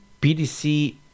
PDC